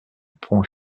pont